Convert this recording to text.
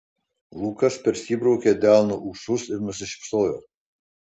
lukas persibraukė delnu ūsus ir nusišypsojo